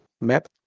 map